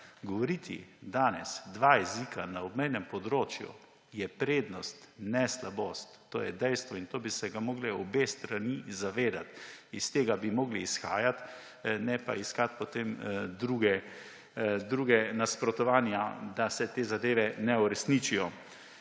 govoriti danes dva jezika na obmejnem področju, je prednost, ne slabost. To je dejstvo in tega bi se morali obe strani zavedati, iz tega bi morali izhajati, ne pa iskati potem druga nasprotovanja, da se te zadeve ne uresničijo.